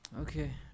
Okay